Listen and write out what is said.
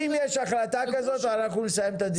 אם יש החלטה כזאת אנחנו נסיים את הדיון.